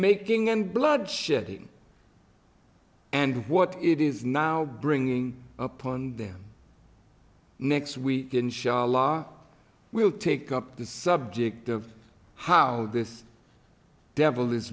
making and blood shedding and what it is now bringing upon them next we can show a law will take up the subject of how this devil is